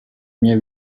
mia